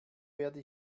werde